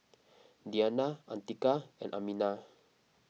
Diyana Atiqah and Aminah